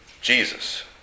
Jesus